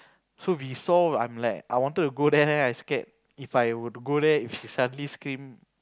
so we saw I'm like I wanted to go there then I scared If I were to go there if she suddenly screamed